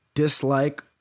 dislike